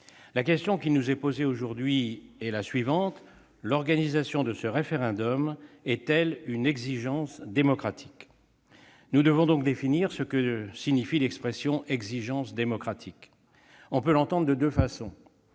La question qui nous est posée aujourd'hui est la suivante : l'organisation de ce référendum est-elle une exigence démocratique ? Nous devons donc définir ce que signifie l'expression « exigence démocratique ». On peut l'entendre de deux façons.